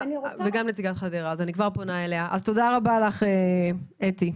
תודה רבה לך ארלט.